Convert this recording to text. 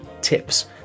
tips